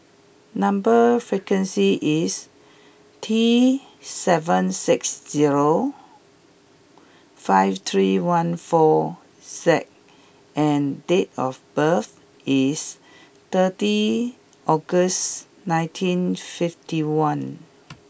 number sequence is T seven six zero five three one four Z and date of birth is thirty August nineteen fifty one